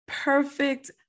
perfect